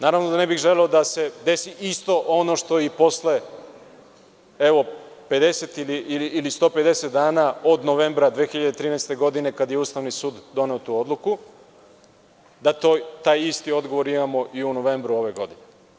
Naravno da ne bih želeo da se desi isto ono što i posle 50 ili 150 dana od novembra 2013. godine, kada je Ustavni sud doneo tu odluku, da taj isti odgovor imamo i u novembru ove godine.